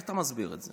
איך אתה מסביר את זה?